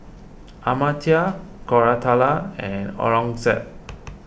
Amartya Koratala and Aurangzeb